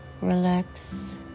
Relax